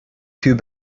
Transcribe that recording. two